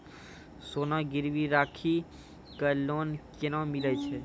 सोना गिरवी राखी कऽ लोन केना मिलै छै?